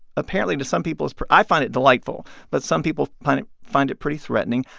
apparently, to some people is i find it delightful. but some people find it find it pretty threatening.